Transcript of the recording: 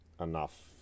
enough